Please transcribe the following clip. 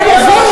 אני מבין,